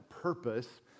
Purpose